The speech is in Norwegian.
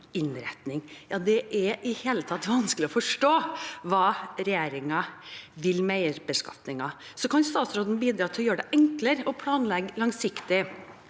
Det er i det hele tatt vanskelig å forstå hva regjeringen vil med eierbeskatningen. Kan statsråden bidra til å gjøre det enklere å planlegge langsiktig